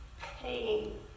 pain